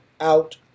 out